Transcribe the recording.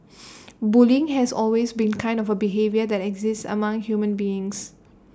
bullying has always been kind of A behaviour that exists among human beings